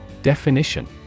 Definition